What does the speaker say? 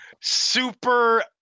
super